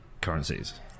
currencies